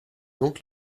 donc